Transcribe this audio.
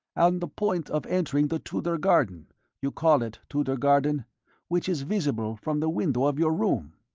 on the point of entering the tudor garden you call it tudor garden which is visible from the window of your room!